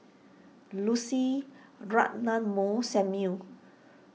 Lucy Ratnammah Samuel